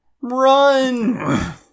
run